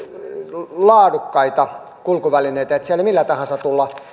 laadukkaita kulkuvälineitä niin että siellä ei millä tahansa